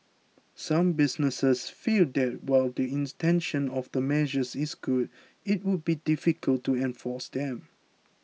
some businesses feel that while the intention of the measures is good it would be difficult to enforce them